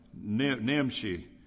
Nimshi